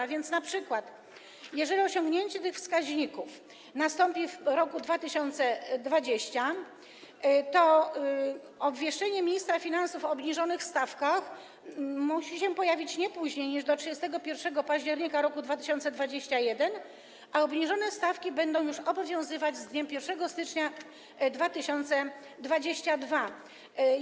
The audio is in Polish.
A więc np. jeżeli osiągnięcie tych wskaźników nastąpi w roku 2020, to obwieszczenie ministra finansów o obniżonych stawkach musi się pojawić nie później niż do 31 października 2021 r., a obniżone stawki będą już obowiązywać z dniem 1 stycznia 2022 r.